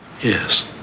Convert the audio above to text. Yes